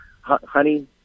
honey